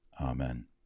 Amen